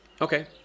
Okay